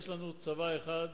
יש לנו צבא אחד,